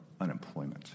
unemployment